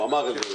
הוא אמר,